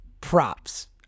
props